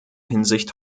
hinsicht